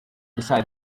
beside